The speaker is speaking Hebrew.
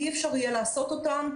אי-אפשר יהיה לעשות אותן.